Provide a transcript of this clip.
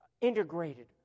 integrated